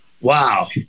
Wow